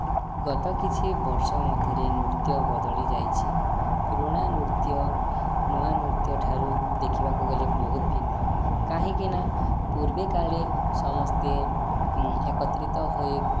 ଗତ କିଛି ବର୍ଷ ମଧ୍ୟରେ ନୃତ୍ୟ ବଦଳି ଯାଇଛି ପୁରୁଣା ନୃତ୍ୟ ନୂଆ ନୃତ୍ୟଠାରୁ ଦେଖିବାକୁ ଗଲେ ବହୁତ ଭିନ୍ନ କାହିଁକି ନା ପୂର୍ବେକାଳେ ସମସ୍ତେ ଏକତ୍ରିତ ହୋଇ